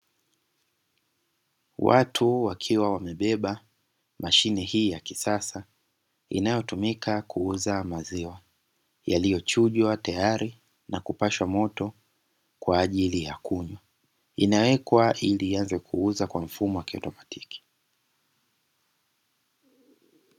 Watu wakiwa, wamebeba mashine hii ya kisasa, inyotumika kuuza maziwa yaliyochujwa tayari na kupashwa moto kwa ajili ya kunywa, inawekwa ili ianze kuuza kwa mfumo wa kiutomatiki.